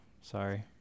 Sorry